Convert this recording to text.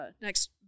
next